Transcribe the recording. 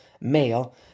male